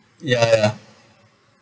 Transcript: ya ya